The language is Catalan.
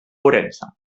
ourense